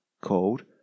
called